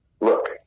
look